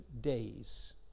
days